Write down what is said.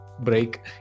break